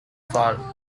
fall